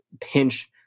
pinch